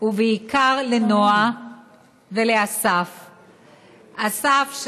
ובעיקר לנועה ולאסף אסף,